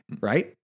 right